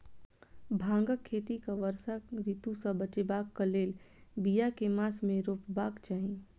भांगक खेती केँ वर्षा ऋतु सऽ बचेबाक कऽ लेल, बिया केँ मास मे रोपबाक चाहि?